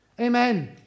Amen